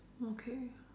okay